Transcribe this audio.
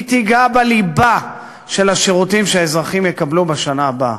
תיגע בליבה של השירותים שהאזרחים יקבלו בשנה הבאה